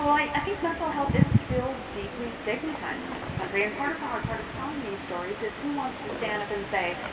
i think mental health is still deeply stigmatized in this country, and part of the hard part of telling these stories is, who wants to stand up and say,